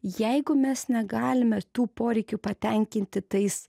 jeigu mes negalime tų poreikių patenkinti tais